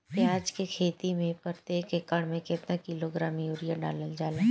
प्याज के खेती में प्रतेक एकड़ में केतना किलोग्राम यूरिया डालल जाला?